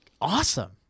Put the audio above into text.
awesome